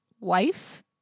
wife